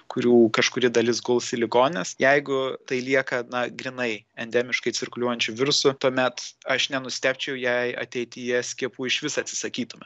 kurių kažkuri dalis guls į ligonines jeigu tai lieka na grynai endemiškai cirkuliuojančiu virusu tuomet aš nenustebčiau jei ateityje skiepų išvis atsisakytume